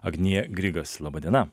agnija grigas laba diena